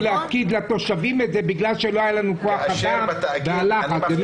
להפקיד את זה לתושבים בגלל שלא היה לנו כוח אדם והלחץ.